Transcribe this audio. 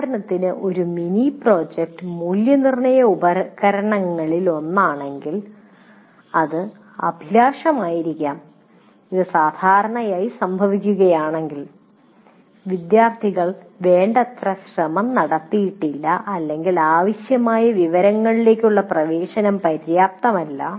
ഉദാഹരണത്തിന് ഒരു mini project മൂല്യനിർണ്ണയ ഉപകരണങ്ങളിലൊന്നാണെങ്കിൽ അത് അഭിലാഷമായിരിക്കാം ഇത് സാധാരണയായി സംഭവിക്കുകയാണെങ്കിൽ വിദ്യാർത്ഥികൾ വേണ്ടത്ര ശ്രമം നടത്തിയിട്ടില്ല അല്ലെങ്കിൽ ആവശ്യമായ വിവരങ്ങളിലേക്കുള്ള പ്രവേശനം പര്യാപ്തമല്ല